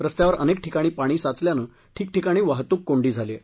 रस्त्यावर अनेक ठिकाणी पाणी साचल्यानं ठिकठिकाणी वाहतूक कोंडी झाली आहे